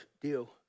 deal